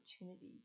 opportunity